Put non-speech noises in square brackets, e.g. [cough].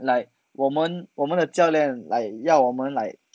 like 我们我们的教练 like 要我们 like [noise]